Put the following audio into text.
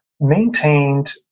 maintained